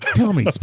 tell me,